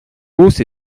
hausse